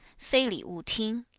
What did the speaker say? fei li wu ting,